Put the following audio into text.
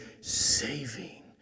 saving